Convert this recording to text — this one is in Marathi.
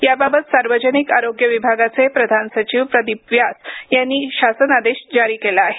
यावावत सार्वजनिक आरोग्य विभागाचे प्रधान सचिव प्रदीप व्यास यांनी शासन आदेश जारी केला आहे